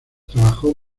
trabajó